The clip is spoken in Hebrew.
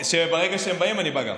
ברגע שהם באים, גם אני בא.